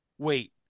Wait